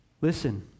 Listen